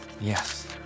Yes